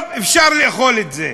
טוב, אפשר לאכול את זה.